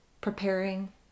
preparing